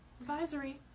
Advisory